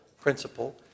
principle